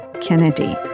Kennedy